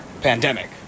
pandemic